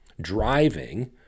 driving